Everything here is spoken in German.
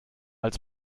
als